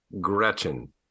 Gretchen